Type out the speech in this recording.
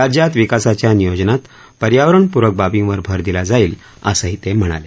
राज्यात विकासाच्या नियोजनात पर्यावरणप्रक बाबींवर भर दिला जाईल असंही ते म्हणाले